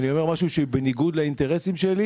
אני אומר משהו שהוא בניגוד לאינטרסים שלי